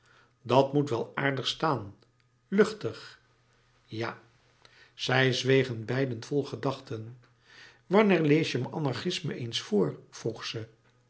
dat moet wel aardig staan luchtig ja zij zwegen beiden vol gedachten wanneer lees je me anarchisme eens voor vroeg ze